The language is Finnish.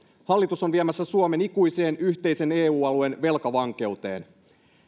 hallitus on viemässä suomen ikuiseen yhteisen eu alueen velkavankeuteen